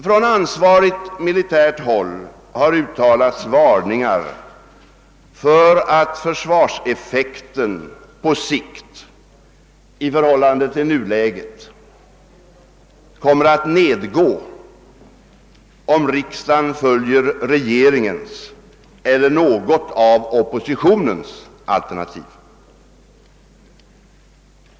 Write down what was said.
Från ansvarigt militärt håll har uttalats varningar för att försvarseffek ten på sikt, i förhållande till nuläget, kommer att nedgå om riksdagen följer regeringens eller något av oppositionens alternativ.